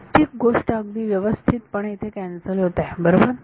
प्रत्येक गोष्ट अगदी व्यवस्थित पणे इथे कॅन्सल होत आहे बरोबर